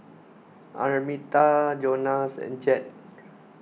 Arminta Jonas and Jett